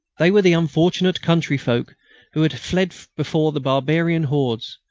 they were the unfortunate country-folk who had fled before the barbarian hordes.